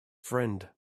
friend